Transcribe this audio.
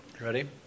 Ready